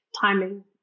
timing